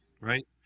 right